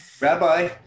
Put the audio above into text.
Rabbi